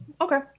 Okay